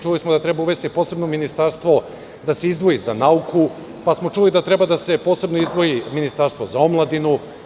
Čuli smo da treba uvesti posebno ministarstvo za nauku, pa smo čuli da treba da se posebno izdvoji ministarstvo za omladinu.